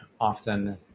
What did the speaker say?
often